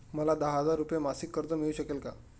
मला दहा हजार रुपये मासिक कर्ज मिळू शकेल का?